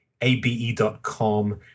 abe.com